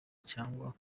cyangwa